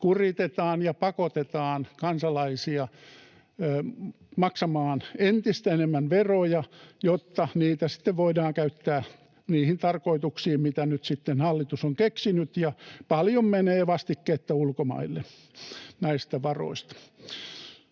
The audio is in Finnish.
kuritetaan ja pakotetaan kansalaisia maksamaan entistä enemmän veroja, jotta niitä sitten voidaan käyttää niihin tarkoituksiin, mitä nyt sitten hallitus on keksinyt — ja paljon menee vastikkeetta ulkomaille näistä varoista.